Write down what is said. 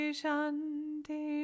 shanti